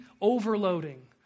overloading